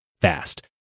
fast